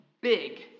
big